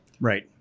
Right